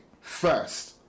first